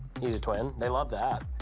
he's a twin. they love that.